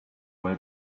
way